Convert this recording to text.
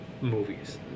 movies